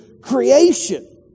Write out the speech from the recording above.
creation